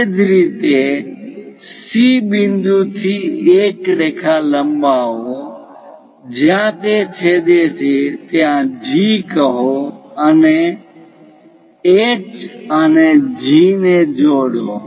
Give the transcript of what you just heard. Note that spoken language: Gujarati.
એ જ રીતે C બિંદુ થી એક રેખા લંબાવો જ્યાં તે છેદે છે ત્યાં G કહો અને H અને G ને જોડો